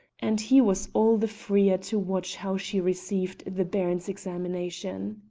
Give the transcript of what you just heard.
and he was all the freer to watch how she received the baron's examination.